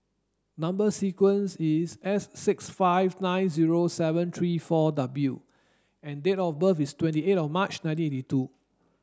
number sequence is S six five nine zero seven three four W and date of birth is twenty eight of March nineteen eighty two